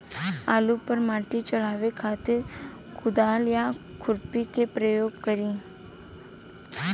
आलू पर माटी चढ़ावे खातिर कुदाल या खुरपी के प्रयोग करी?